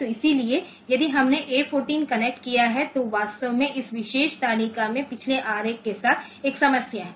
तो इसलिए यदि हमने A 14 कनेक्ट किया है तो वास्तव में इस विशेष तालिका में पिछले आरेख के साथ एक समस्या है